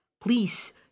please